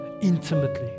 intimately